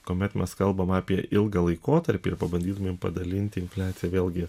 kuomet mes kalbam apie ilgą laikotarpį ir pabandytumėm padalinti infliaciją vėlgi